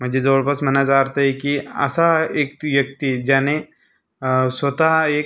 म्हणजे जवळपास म्हणायचा अर्थ आहे की असा एक ती व्यक्ती ज्याने स्वतः एक